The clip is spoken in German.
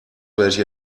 welche